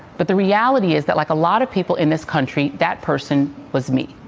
but the reality is that like a lot of people in this country, that person was me.